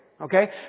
Okay